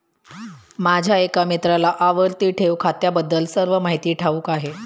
माझ्या एका मित्राला आवर्ती ठेव खात्याबद्दल सर्व माहिती ठाऊक आहे